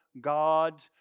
God